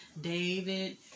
David